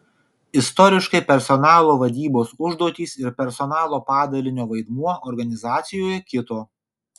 istoriškai personalo vadybos užduotys ir personalo padalinio vaidmuo organizacijoje kito